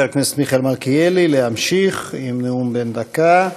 אני מבקש מחבר הכנסת מיכאל מלכיאלי להמשיך עם נאום בן דקה,